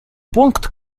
пункт